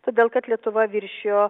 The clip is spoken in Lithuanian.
todėl kad lietuva viršijo